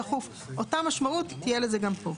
אותה משמעות תהיה לזה גם פה.